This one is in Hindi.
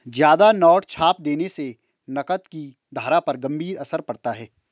ज्यादा नोट छाप देने से नकद की धारा पर गंभीर असर पड़ता है